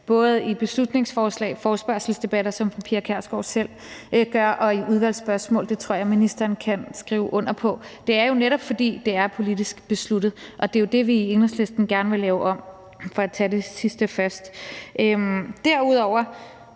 både i beslutningsforslag, i forespørgselsdebatter, som fru Pia Kjærsgaard selv gør, og i udvalgsspørgsmål. Det tror jeg ministeren kan skrive under på. Det er jo netop, fordi det er politisk besluttet, og det er jo det, vi i Enhedslisten gerne vil lave om – for at tage det sidste først. Derudover